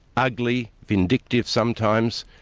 ugly, vindictive sometimes,